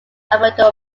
albedo